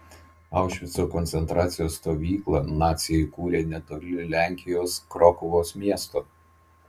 aušvico koncentracijos stovyklą naciai įkūrė netoli lenkijos krokuvos miesto